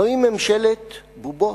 זוהי ממשלת בובות,